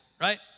right